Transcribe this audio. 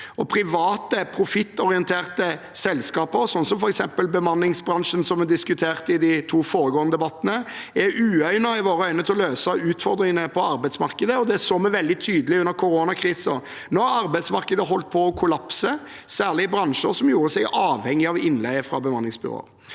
Private profittorienterte selskaper, sånn som f.eks. bemanningsbransjen, som vi diskuterte i de to foregående debattene, er i våre øyne uegnet til å løse utfordringene på arbeidsmarkedet. Det så vi veldig tydelig under koronakrisen, da arbeidsmarkedet holdt på å kollapse, særlig i bransjer som gjorde seg avhengig av innleie fra bemanningsbyråer.